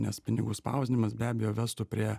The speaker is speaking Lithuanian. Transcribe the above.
nes pinigų spausdinimas be abejo vestų prie